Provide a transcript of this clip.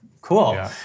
Cool